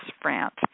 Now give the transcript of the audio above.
France